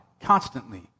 constantly